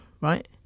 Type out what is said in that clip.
Right